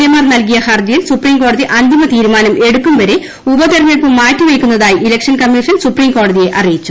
എമാർ നൽകിയ ഹർജികളിൽ സുപ്രീം കോടതി തീരുമാനം എടുക്കുംവരെ ഉപതെരെഞ്ഞെടുപ്പ് അന്തിമ മാറ്റി വയ്ക്കുന്നതായി ഇലക്ഷൻ കമ്മീഷൻ സുപ്രീംകോടതിയിൽ അറിയിച്ചു